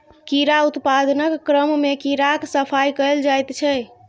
कीड़ा उत्पादनक क्रममे कीड़ाक सफाई कएल जाइत छै